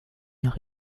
nach